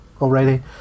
already